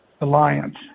alliance